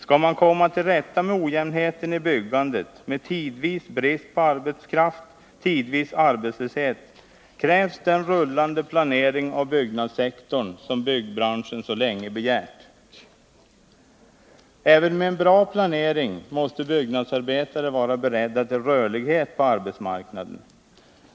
Skall man komma till rätta med ojämnheten i byggandet, med tidvis brist på arbetskraft, tidvis arbetslöshet, krävs den rullande planering av byggnadssektorn som byggbranschen så länge begärt. Även med en bra planering måste byggnadsarbetare vara beredda till rörlighet på arbetsmarknaden.